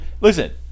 Listen